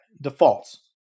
defaults